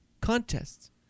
contests